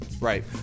Right